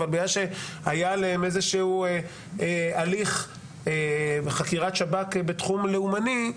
אבל בגלל שהיה עליהם איזה שהוא הליך וחקירת שב"כ בתחום לאומני,